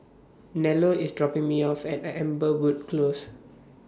Nello IS dropping Me off At Amberwood Close